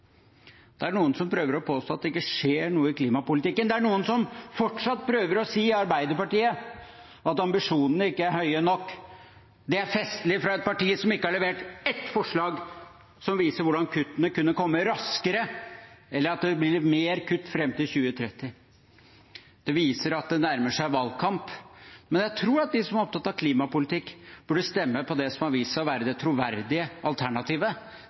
Det er noen som prøver å påstå at det ikke skjer noe i klimapolitikken. Det er noen i Arbeiderpartiet som fortsatt prøver å si at ambisjonene ikke er høye nok. Det er festlig fra et parti som ikke har levert ett forslag som viser hvordan kuttene kunne komme raskere, eller at det ble mer kutt fram til 2030. Det viser at det nærmer seg valgkamp. Men jeg tror at de som er opptatt av klimapolitikk, burde stemme på det som har vist seg å være det troverdige alternativet,